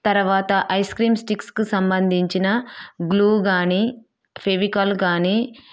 తరవాత ice cream స్టిక్స్కు సంబంధించిన గ్లూ కాని ఫెవికాల్ కాని